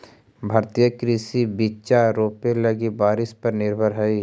भारतीय कृषि बिचा रोपे लगी बारिश पर निर्भर हई